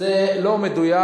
זה לא מדויק.